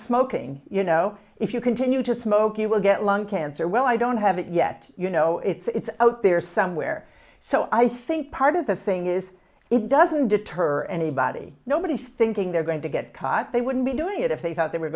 smoking you know if you continue to smoke you will get lung cancer well i don't have it yet you know it's out there somewhere so i think part of the thing is it doesn't deter anybody nobody's thinking they're going to get caught they wouldn't be doing it if they thought they were